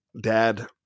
dad